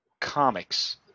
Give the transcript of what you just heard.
comics